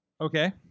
Okay